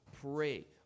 Pray